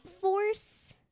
force